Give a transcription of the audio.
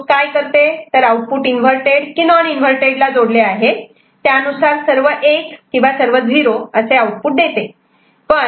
strobe काय करते तर आउटपुट इन्व्हर्टरटेड inverted0 की नॉन इन्व्हर्टरटेड जोडले आहे त्यानुसार सर्व 1 किंवा सर्व 0 आउटपुटला करते